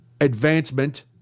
advancement